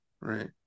right